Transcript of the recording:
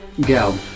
go